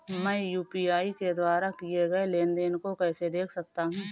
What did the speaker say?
मैं यू.पी.आई के द्वारा किए गए लेनदेन को कैसे देख सकता हूं?